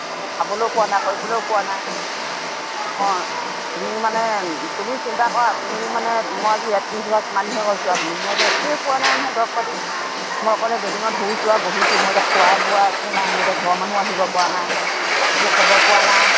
একো খাবলৈয়ো পোৱা নাই কৰিবলৈয়ো পোৱা নাই অঁ তুমি মানে তুমি চিন্তা কৰা তুমি মানে মই আজি এডমিট হোৱা কিমান দিন হৈ গ'ল চোৱা তুমি মই যে একোৱে পোৱা নাই নহয় দৰৱ পাতি মই অকলে বেডিঙত শুইছোঁ আৰু বহিছোঁ মই এতিয়া খোৱা বোৱা একো নাই মোৰ এতিয়া ঘৰ মানুহো আহিব পৰা নাই একো খবৰ পোৱা নাই